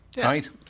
Right